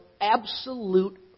absolute